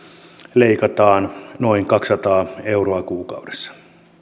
leikataan noin kaksisataa euroa kuukaudessa